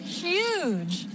huge